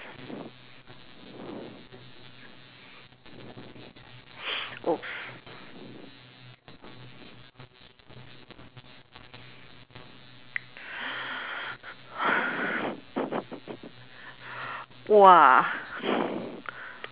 oh !wah!